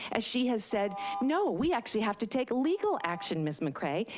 as she has said, no, we actually have to take legal action, ms. mcrae,